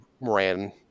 ran